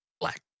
black